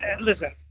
Listen